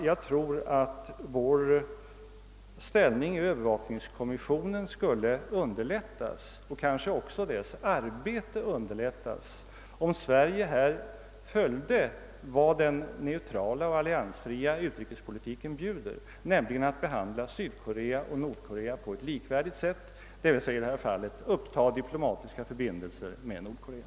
Jag tror att vår ställning i övervakningskommissionen skulle underlättas och kanske också kommissionens arbete underlättas, om Sverige här följde vad den neutrala och alliansfria utrikespolitiken bjuder, nämligen att behandla Sydkorea och Nordkorea på ett likvärdigt sätt, d. v. s. uppta diplomatiska förbindelser med Nordkorea.